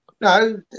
No